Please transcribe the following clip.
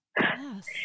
Yes